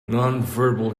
nonverbal